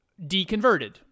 deconverted